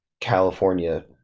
California